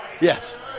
Yes